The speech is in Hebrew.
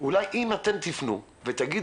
אולי אם אתם תפנו ותגידו,